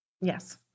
Yes